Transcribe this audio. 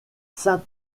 saint